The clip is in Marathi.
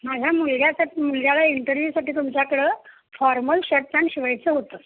माझ्या मुलग्यासाठी मुलग्याला इंटरव्ह्यूसाठी तुमच्याकडं फॉर्मल शर्ट पॅन्ट शिवायचं होतं